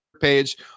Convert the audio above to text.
page